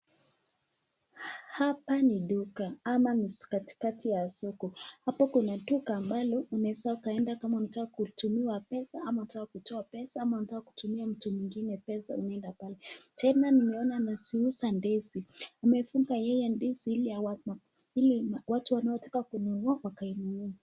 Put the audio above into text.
Hapa ni duka ama katikati ya soko, hapo kuna duka ambayo unaweza ukaenda kama unataka kutumiwa pesa ama unataka kutoa pesa ama unataka kutumia mtu mwingine pesa unaenda pale, tena nimeona anaziuza ndizi, amefunga yeye ndizi ili watu wanaotaka kuinunua wakainunue.